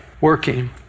working